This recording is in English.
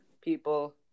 people